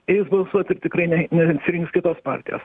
eis balsuot ir tikrai nesirinks kitos partijos